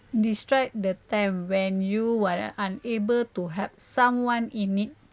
describe the time when you are unable to help someone in need